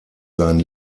sein